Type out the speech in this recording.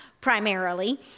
primarily